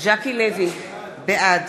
ז'קי לוי, בעד